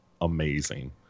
amazing